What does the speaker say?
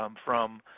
um from